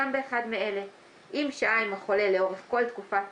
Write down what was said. באחד מאלה: אם שהה עם החולה לאורך כל תקופת